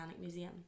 Museum